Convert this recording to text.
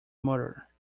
murder